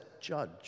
judge